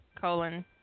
colon